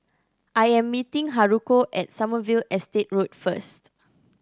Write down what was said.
I am meeting Haruko at Sommerville Estate Road first